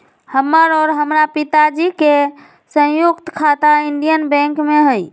हमर और हमरा पिताजी के संयुक्त खाता इंडियन बैंक में हई